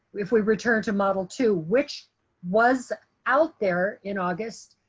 if we returned to model two, which was out there in august,